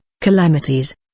calamities